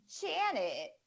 janet